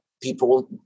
people